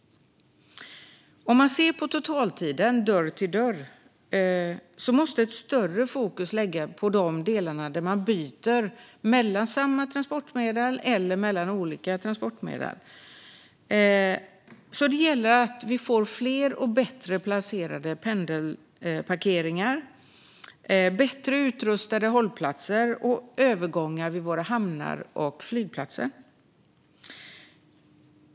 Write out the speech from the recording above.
Om man ser på totaltiden från dörr till dörr måste ett större fokus läggas på de delar av resan där man byter mellan samma eller olika transportmedel. Det gäller att vi får fler och bättre placerade pendelparkeringar, bättre utrustade hållplatser och övergångar vid våra hamnar och flygplatser.